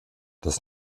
das